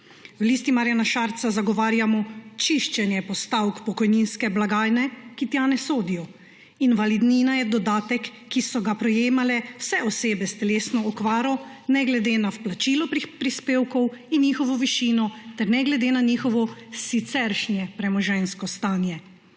V Listi Marjana Šarca zagovarjamo čiščenje postavk pokojninske blagajne, ki tja ne sodijo. Invalidnina je dodatek, ki so ga prejemale vse osebe s telesno okvaro ne glede na vplačilo prispevkov in njihovo višino ter ne glede na njihovo siceršnje premoženjsko stanje.